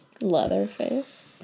Leatherface